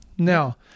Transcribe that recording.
Now